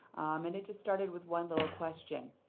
and it just started with one little question.